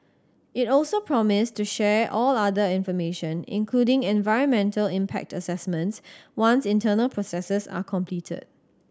it also promised to share all other information including environmental impact assessments once internal processes are completed